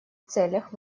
целях